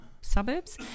suburbs